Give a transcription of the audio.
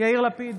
יאיר לפיד,